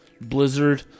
blizzard